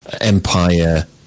Empire